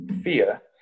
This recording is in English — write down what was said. fear